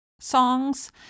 songs